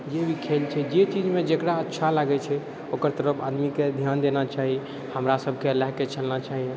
जाहि भी खेल छै जे चीजमे जकरा अच्छा लागै छै ओकर तरफ आदमीके धिआन देना चाही हमरा सबके लऽ कऽ चलना चाहिए